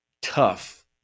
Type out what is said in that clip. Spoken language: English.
tough